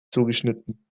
zugeschnitten